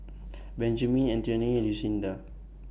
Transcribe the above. Benjamine Antionette and Lucinda